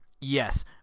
yes